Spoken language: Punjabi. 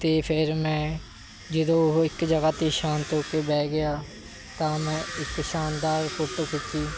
ਅਤੇ ਫਿਰ ਮੈਂ ਜਦੋਂ ਉਹ ਇੱਕ ਜਗ੍ਹਾ 'ਤੇ ਸ਼ਾਂਤ ਹੋ ਕੇ ਬਹਿ ਗਿਆ ਤਾਂ ਮੈਂ ਇੱਕ ਸ਼ਾਨਦਾਰ ਫੋਟੋ ਖਿੱਚੀ